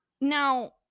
Now